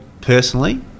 personally